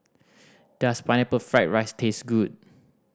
does Pineapple Fried rice taste good